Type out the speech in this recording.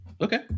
okay